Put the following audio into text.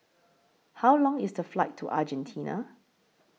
How Long IS The Flight to Argentina